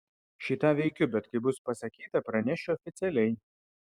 šį tą veikiu bet kai bus pasakyta pranešiu oficialiai